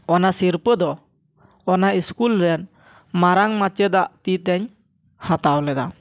ᱚᱱᱟ ᱥᱤᱨᱯᱟᱹ ᱫᱚ ᱚᱱᱟ ᱤᱥᱠᱩᱞ ᱨᱮᱱ ᱢᱟᱨᱟᱝ ᱢᱟᱪᱮᱫᱟᱜ ᱛᱤᱛᱮᱧ ᱦᱟᱛᱟᱣ ᱞᱮᱫᱟ